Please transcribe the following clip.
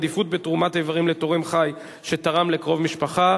עדיפות בתרומת אברים לתורם חי שתרם לקרוב משפחה)